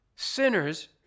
Sinners